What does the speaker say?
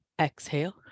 Exhale